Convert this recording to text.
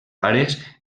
pares